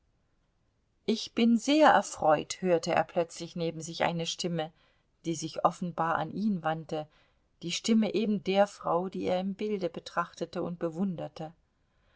ich bin sehr erfreut hörte er plötzlich neben sich eine stimme die sich offenbar an ihn wandte die stimme eben der frau die er im bilde betrachtete und bewunderte